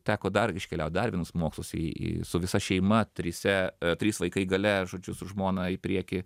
teko dar iškeliaut dar vienus mokslus į į su visa šeima trise trys vaikai gale žodžiu su žmona į priekį